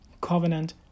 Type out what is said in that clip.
Covenant